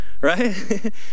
right